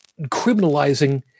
criminalizing